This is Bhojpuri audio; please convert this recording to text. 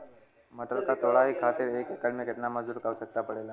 मटर क तोड़ाई खातीर एक एकड़ में कितना मजदूर क आवश्यकता पड़ेला?